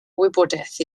wybodaeth